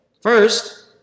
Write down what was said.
First